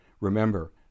remember